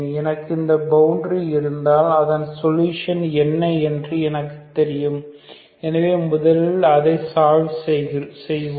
எனக்கு இந்த பவுண்டரி இருந்தால் அதன் சொல்யூஷன் என்ன என்று எனக்குத் தெரியும் எனவே முதலில் அதைத் சால்வ் செய்வோம்